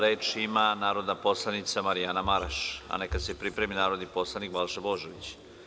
Reč ima narodna poslanica Marjana Maraš, a neka se pripremi narodni poslanik Balša Božović.